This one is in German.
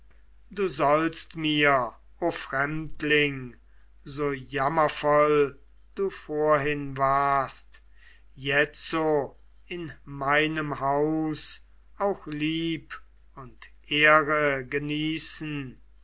du sollst mir o fremdling so jammervoll du vorhin warst jetzo in meinem haus auch lieb und ehre genießen